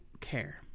care